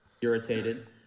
Irritated